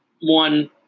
One